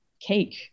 cake